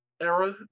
era